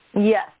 Yes